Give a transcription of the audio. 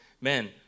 Man